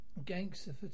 Gangster